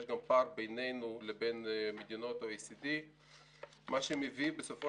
יש גם פער בינינו לבין מדינות OECD. מה שמביא בסופו